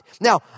Now